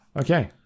okay